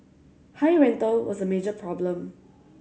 high rental was a major problem